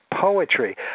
poetry